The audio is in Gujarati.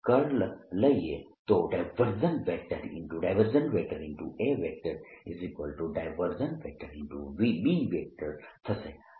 તો B થશે